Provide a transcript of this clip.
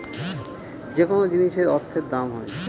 যেকোনো জিনিসের অর্থের দাম হয়